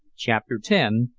chapter ten.